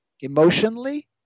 emotionally